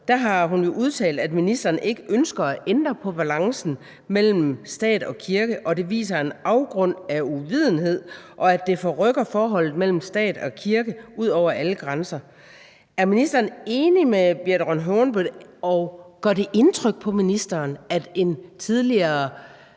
har hun jo udtalt, at ministeren ikke ønsker at ændre på balancen mellem stat og kirke, og at det viser en afgrund af uvidenhed og forrykker forholdet mellem stat og kirke ud over alle grænser. Er ministeren enig med Birthe Rønn Hornbech, og gør det indtryk på ministeren, at et tidligere